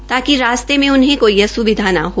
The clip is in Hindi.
ताकि रास्ते में उनहें कोई अस्विधा न हो